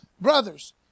Brothers